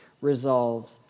resolved